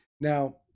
Now